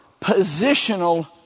positional